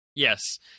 Yes